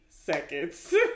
seconds